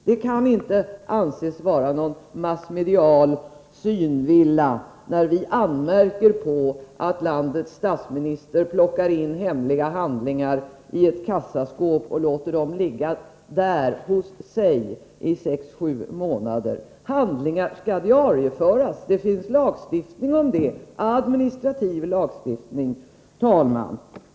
Det kan inte anses vara någon massmedial synvilla när vi anmärker på att landets statsminister plockar in hemliga handlingar i ett kassaskåp och låter dem ligga där, hos sig, i sex sju månader. Handlingar skall diarieföras, det finns lagstiftning om det — administrativ lagstiftning. Herr talman!